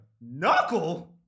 knuckle